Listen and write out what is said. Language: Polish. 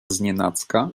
znienacka